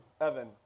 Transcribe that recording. Evan